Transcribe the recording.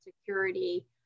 security